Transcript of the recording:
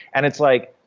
and it's like,